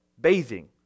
bathing